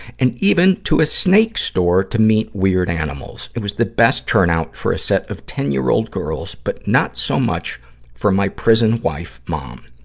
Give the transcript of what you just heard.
and even to a snake store to meet weird animals. it was the best turnout for a set of ten year old girls, but not so much for my prison-wife mom.